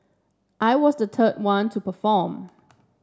I was the third one to perform